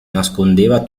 nascondeva